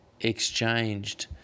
exchanged